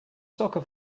soccer